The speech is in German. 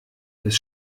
des